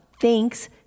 thanks